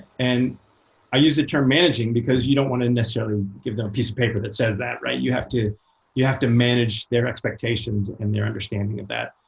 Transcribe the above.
and i use the term managing, because you don't want to necessarily give them a piece of paper that says that. you have to you have to manage their expectations and their understanding of that.